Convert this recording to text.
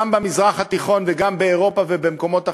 גם במזרח התיכון וגם באירופה ובמקומות אחרים,